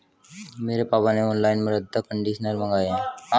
मेरे पापा ने ऑनलाइन मृदा कंडीशनर मंगाए हैं